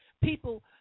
people